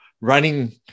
running